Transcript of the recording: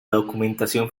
documentación